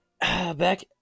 back